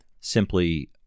simply